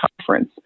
conference